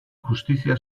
justizia